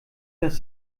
das